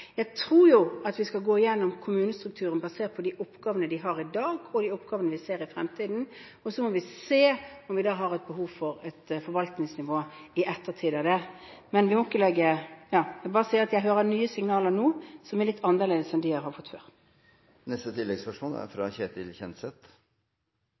jeg tror at vi skal gå igjennom kommunestrukturen basert på de oppgavene de har i dag og de oppgavene vi ser i fremtiden. Så må vi se om vi da har et behov for et forvaltningsnivå til i ettertid. Jeg vil bare si at jeg hører nye signaler nå, som er litt annerledes enn dem jeg har fått